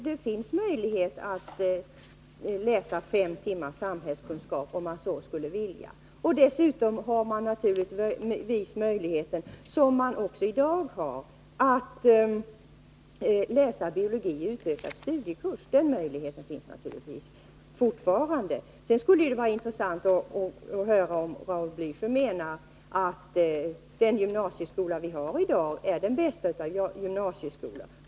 Det finns möjlighet att läsa fem timmar samhällskunskap, om man så skulle vilja. Dessutom har man naturligtvis även fortsättningsvis den möjlighet som finns i dag att läsa biologi med utökad studiekurs. Sedan skulle det vara intressant att höra om Raul Blächer menar att den gymnasieskola som vi har i dag är den bästa av gymnasieskolor.